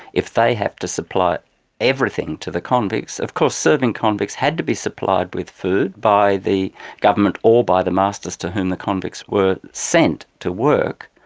if they had to supply everything to the convicts, of course serving convicts had to be supplied with food by the government or by the masters to whom the convicts were sent to work,